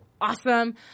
awesome